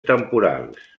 temporals